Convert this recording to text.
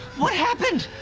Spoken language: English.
what happened?